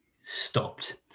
stopped